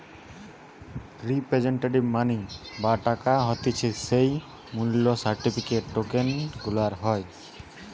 representative money বা টাকা হতিছে যেই মূল্য সার্টিফিকেট, টোকেন গুলার হয়